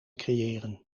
creëren